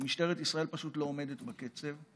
שמשטרת ישראל פשוט לא עומדת בקצב.